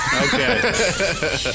Okay